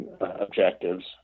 objectives